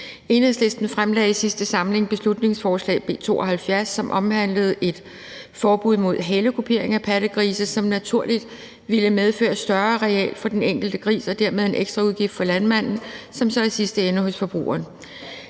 Enhedslisten fremsatte i sidste samling beslutningsforslag nr. B 72, som omhandlede et forbud mod halekupering af pattegrise, hvilket naturligt ville medføre et større areal for den enkelte gris og dermed en ekstraudgift for landmanden, som så i sidste ende ville ende hos forbrugeren.